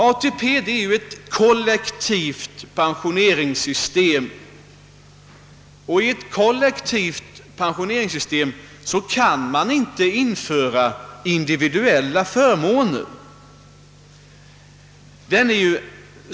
ATP är ett kollektivt pensioneringssystem, och i ett sådant kan man inte införa individuella förmåner.